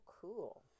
cool